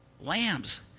lambs